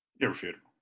Irrefutable